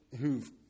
who've